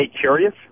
curious